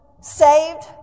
Saved